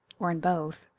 or in both.